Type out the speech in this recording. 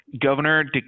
governor